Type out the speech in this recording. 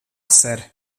ser